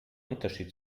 unterschied